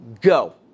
go